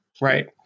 Right